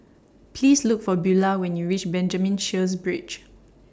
Please Look For Beulah when YOU REACH Benjamin Sheares Bridge